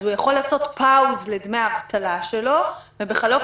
אז הוא יכול לעשות pause לדמי האבטלה שלו ובחלוף